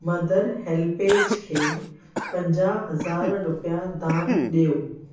mother HelpAge खे पंजाह हज़ार रुपिया दान ॾियो